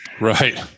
Right